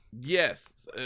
Yes